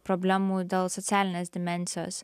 problemų dėl socialinės dimensijos